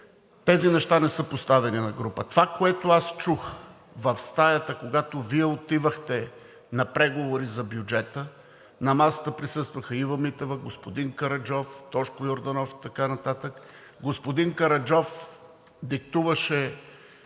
Тези неща не са поставяни на група. Това, което аз чух в стаята, когато Вие отивахте на преговори за бюджета, на масата присъстваха Ива Митева, господин Караджов, Тошко Йорданов и така нататък. Господин Караджов диктуваше